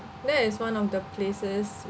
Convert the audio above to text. that is one of the places